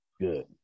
Good